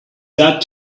got